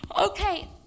okay